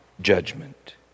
judgment